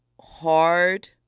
hard